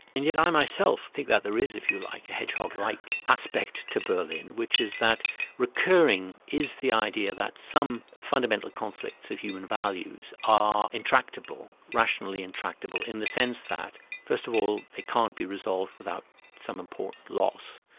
and yet i myself think that there is, if you like a hedgehog-like aspect to berlin, which is that recurring is the idea that some fundamental concepts of human values are intractable, rationally intractable, in the sense that first of all they can't be resolved without some important loss,